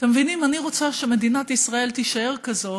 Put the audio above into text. אתם מבינים, אני רוצה שמדינת ישראל תישאר כזו